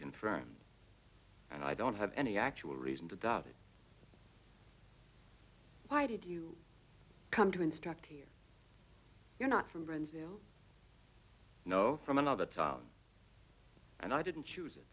confirmed and i don't have any actual reason to doubt it why did you come to instruct here you're not from brownsville no from another town and i didn't choose it